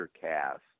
cast